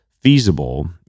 feasible